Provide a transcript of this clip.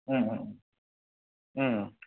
ओम Om ओम